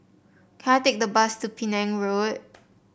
can I take the bus to Penang Road